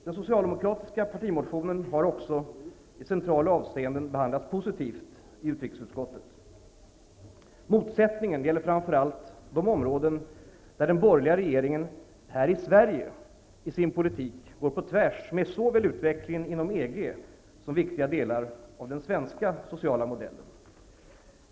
Den socialdemokratiska partimotionen har i centrala avseenden också behandlats positivt i utrikesutskottet. Motsättningen gäller framför allt de områden där den borgerliga regeringen här i Sverige i sin politik går på tvärs emot såväl utvecklingen inom EG som den svenska sociala modellen.